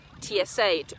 TSA